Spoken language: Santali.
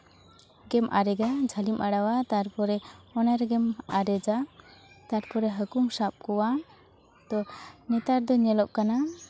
ᱜᱮᱢ ᱟᱨᱮᱡᱟ ᱡᱷᱟᱹᱞᱤᱢ ᱟᱲᱟᱣᱟ ᱛᱟᱨᱯᱚᱨᱮ ᱚᱱᱟ ᱨᱮᱜᱮᱢ ᱟᱨᱮᱡᱟ ᱛᱟᱨᱯᱚᱨᱮ ᱦᱟᱹᱠᱩᱢ ᱥᱟᱵ ᱠᱚᱣᱟ ᱛᱚ ᱱᱮᱛᱟᱨ ᱫᱚ ᱧᱮᱞᱚᱜ ᱠᱟᱱᱟ